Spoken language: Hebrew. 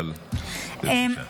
אבל בבקשה.